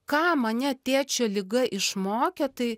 ką mane tėčio liga išmokė tai